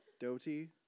Doty